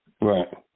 Right